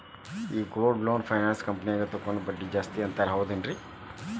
ಈ gold loan finance ಕಂಪನ್ಯಾಗ ತಗೊಂಡ್ರೆ ಬಡ್ಡಿ ಜಾಸ್ತಿ ಅಂತಾರ ಹೌದೇನ್ರಿ?